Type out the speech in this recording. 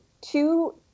two